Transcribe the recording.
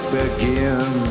begin